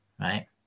right